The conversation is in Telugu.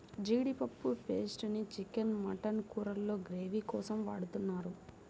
జీడిపప్పు పేస్ట్ ని చికెన్, మటన్ కూరల్లో గ్రేవీ కోసం వాడుతున్నారు